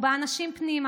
הוא באנשים פנימה.